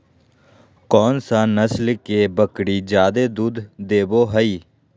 कौन सा नस्ल के बकरी जादे दूध देबो हइ?